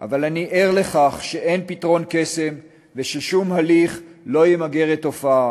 אבל אני ער לכך שאין פתרון קסם וששום הליך לא ימגר את התופעה,